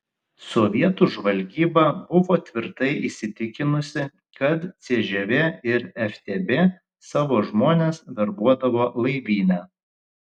sovietų žvalgyba buvo tvirtai įsitikinusi kad cžv ir ftb savo žmones verbuodavo laivyne